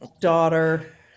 daughter